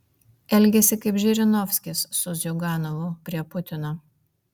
elgiasi kaip žirinovskis su ziuganovu prie putino